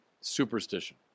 superstition